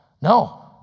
No